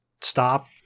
stop